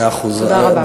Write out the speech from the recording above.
תודה רבה.